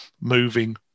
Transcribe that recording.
moving